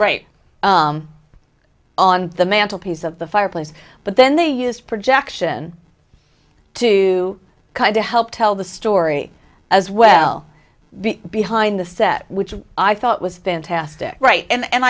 right on the mantel piece of the fireplace but then they use projection to kind of help tell the story as well behind the set which i thought was fantastic right and